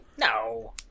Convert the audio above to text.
No